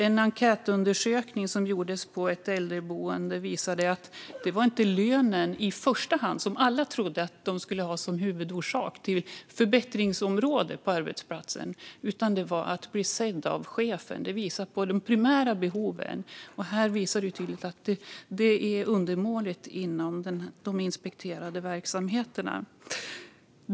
En enkätundersökning som gjordes på ett äldreboende visade att lönen inte var det huvudsakliga förbättringsönskemålet på arbetsplatsen utan att bli sedd av chefen. Detta visar på de primära behoven och att de inte tillgodoses på de inspekterade verksamheterna.